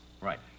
Right